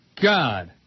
God